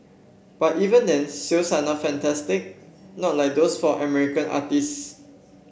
but even then sales are not fantastic not like those for American artistes